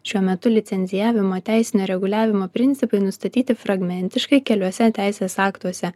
šiuo metu licencijavimo teisinio reguliavimo principai nustatyti fragmentiškai keliuose teisės aktuose